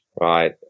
Right